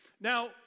Now